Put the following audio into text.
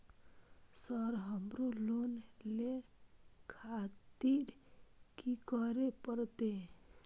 Sir हमरो loan ले खातिर की करें परतें?